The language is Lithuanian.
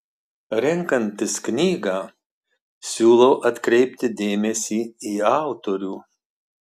renkantis knygą siūlau atkreipti dėmesį į autorių